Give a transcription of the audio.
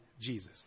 Jesus